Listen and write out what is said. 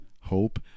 hope